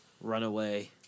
Runaway